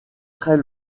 très